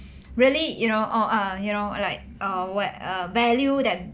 really you know or err you know like err what err value that